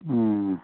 ഉം